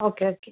okay okay